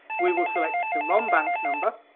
we will select the rom bank number,